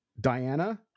Diana